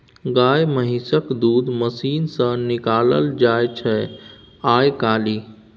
गाए महिषक दूध मशीन सँ निकालल जाइ छै आइ काल्हि